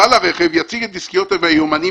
בעל הרכב יציג את הדסקיות ואת היומנים